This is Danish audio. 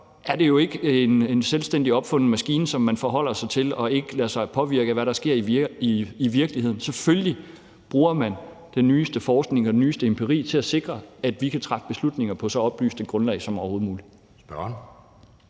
er det jo ikke en selvstændigt opfundet maskine, som man forholder sig til, og det er ikke sådan, at man ikke lader sig påvirke af, hvad der sker i virkeligheden. Selvfølgelig bruger man den nyeste forskning og nyeste empiri til at sikre, at vi kan træffe beslutninger på så oplyst et grundlag som overhovedet muligt.